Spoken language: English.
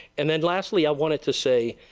and then lastly i wanted to say,